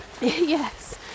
Yes